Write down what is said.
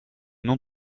non